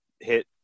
hit